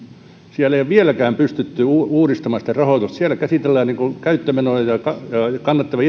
siellä ei ole vieläkään pystytty uudistamaan sitä rahoitusta siellä käsitellään käyttömenoja ja kannattavia